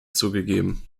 zugegeben